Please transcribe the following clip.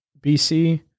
BC